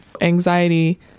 Anxiety